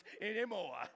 anymore